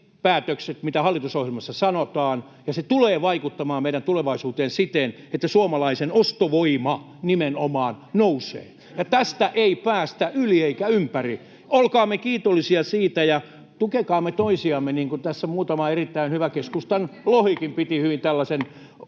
päätökset, mitä hallitusohjelmassa sanotaan, ja se tulee vaikuttamaan meidän tulevaisuuteemme siten, että suomalaisen ostovoima nimenomaan nousee, ja tästä ei päästä yli eikä ympäri. Olkaamme kiitollisia siitä ja tukekaamme toisiamme, niin kuin tässä muutama erittäin hyvä... Keskustan Lohikin [Puhemies